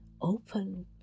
open